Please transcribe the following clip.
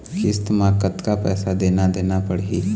किस्त म कतका पैसा देना देना पड़ही?